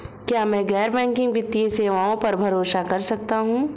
क्या मैं गैर बैंकिंग वित्तीय सेवाओं पर भरोसा कर सकता हूं?